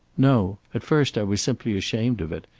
no. at first i was simply ashamed of it.